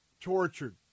tortured